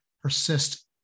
persist